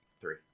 Three